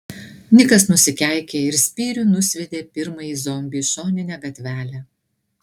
nikas nusikeikė ir spyriu nusviedė pirmąjį zombį į šoninę gatvelę